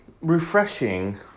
Refreshing